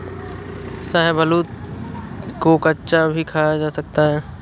शाहबलूत को कच्चा भी खाया जा सकता है